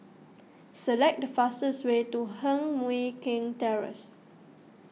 select the fastest way to Heng Mui Keng Terrace